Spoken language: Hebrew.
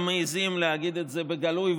גם מעיזים להגיד את זה בגלוי,